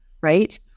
right